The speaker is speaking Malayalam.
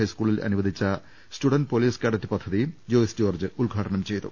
ഹൈസ്കൂ ളിൽ അനുവദിച്ച സ്റ്റുഡന്റ് പൊലീസ് കാഡറ്റ് പദ്ധതിയും ജോയ്സ് ജോർജ്ജ് ഉദ്ഘാടനം ചെയ്തു